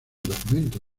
documento